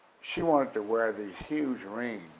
she wanted to wear these huge rings.